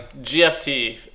GFT